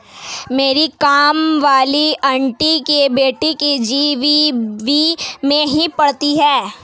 मेरी काम वाली आंटी की बेटी के.जी.बी.वी में ही पढ़ती है